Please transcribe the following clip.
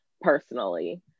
personally